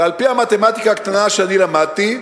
ועל-פי המתמטיקה הקטנה שאני למדתי,